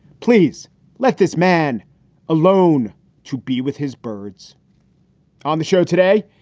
please let this man alone to be with his birds on the show today.